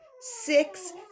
six